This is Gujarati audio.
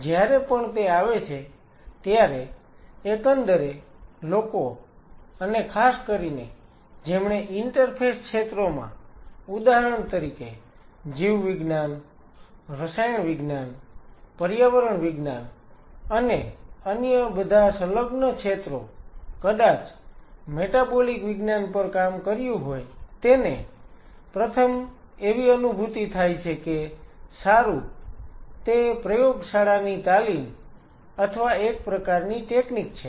જ્યારે પણ તે આવે છે ત્યારે એકંદરે લોકો અને ખાસ કરીને જેમણે ઈન્ટરફેસ ક્ષેત્રોમાં ઉદાહરણ તરીકે જીવવિજ્ઞાન રસાયણશાસ્ત્ર પર્યાવરણ વિજ્ઞાન અને અન્ય બધા સંલગ્ન ક્ષેત્રો કદાચ મેટાબોલિક વિજ્ઞાન પર કામ કર્યું હોય તેને પ્રથમ એવી અનુભૂતિ થાય છે કે સારું તે પ્રયોગશાળાની તાલીમ અથવા એક પ્રકારની ટેકનીક છે